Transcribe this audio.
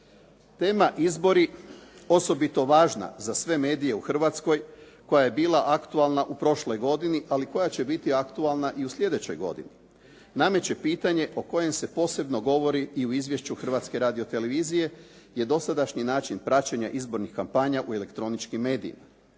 Tema izbori osobito važna za sve medije u Hrvatskoj koja je bila aktualna u prošloj godini ali koja će biti aktualna i u slijedećoj godini nameće pitanje o kojem se posebno govori i u Izvješću Hrvatske radio-televizije je dosadašnji način praćenja izbornih kampanja u elektroničkim medijima.